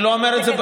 אני לא אומר את זה,